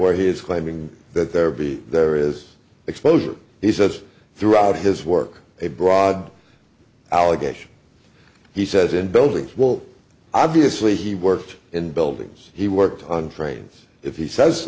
for he is claiming that there be there is exposure he says throughout his work a broad allegation he says in buildings well obviously he worked in buildings he worked on trains if he says